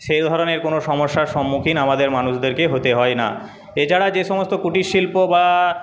সেই ধরণের কোনো সমস্যার সম্মুখীন আমাদের মানুষদেরকে হতে হয় না এছাড়া যেসমস্ত কুটিরশিল্প বা